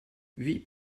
huit